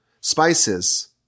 spices